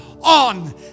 on